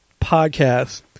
podcast